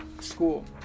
school